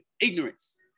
ignorance